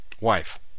wife